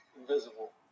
invisible